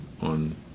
on